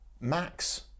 Max